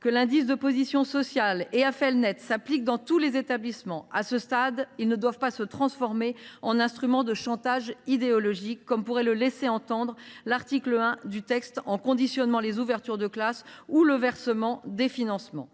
que l’indice de position sociale et la procédure Affelnet concernent tous les établissements. À ce stade, ils ne doivent pas se transformer en instruments de chantage idéologique, ainsi que pourrait le laisser entendre l’article 1, en y conditionnant les ouvertures de classe ou le versement des financements.